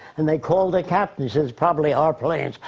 and they called the captain. he says probably our planes.